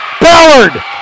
Ballard